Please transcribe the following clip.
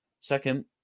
Second